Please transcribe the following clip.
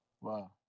Wow